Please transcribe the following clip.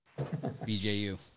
BJU